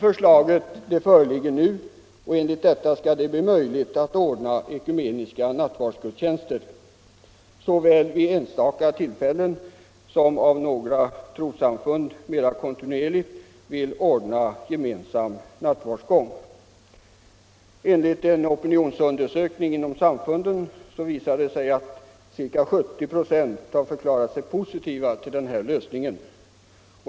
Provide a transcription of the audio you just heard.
Förslaget föreligger nu, och enligt detta skall det bli möjligt att anordna ekumeniska nattvardsgudstjänster såväl vid enstaka tillfällen som om några trossamfund mer kontinuerligt vill ordna gemensam nattvardsgång. Enligt en opinionsundersökning inom samfunden har ca 70 96 förklarat sig positiva till den här lösningen.